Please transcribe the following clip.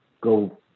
go